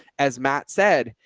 as matt said,